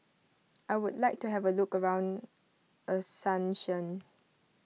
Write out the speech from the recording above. I would like to have a look around Asuncion